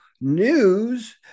News